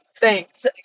Thanks